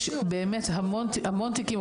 יש באמת המון תיקים.